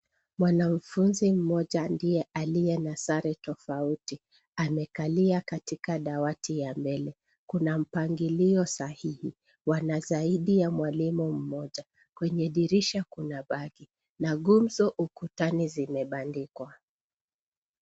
Mwanafunzi mmoja ndiye aliye na sare tofauti. Amekalia katika dawati ya mbele. Kuna mpangilio sahihi. Wana zaidi ya mwalimu mmoja. Kwenye dirisha kuna bagi, na gumzo ukutani zimebandikwa.